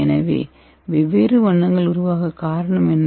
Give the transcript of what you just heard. எனவே வெவ்வேறு வண்ணங்கள் உருவாக காரணம் என்ன